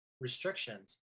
restrictions